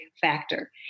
factor